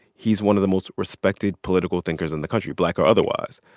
he's one of the most respected political thinkers in the country, black or otherwise.